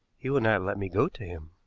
he will not let me go to him.